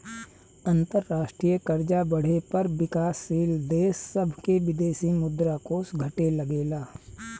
अंतरराष्ट्रीय कर्जा बढ़े पर विकाशील देश सभ के विदेशी मुद्रा कोष घटे लगेला